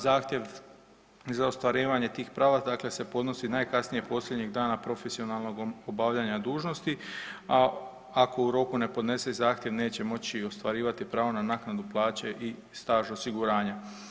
Zahtjev za ostvarivanje tih prava podnosi se najkasnije posljednjeg dana profesionalnog obavljanja dužnosti, a ako u roku ne podnese zahtjev neće moći ostvarivati pravo na naknadu plaće i staž osiguranja.